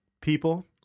People